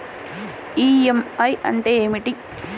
EMI అంటే ఏమిటి?